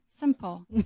simple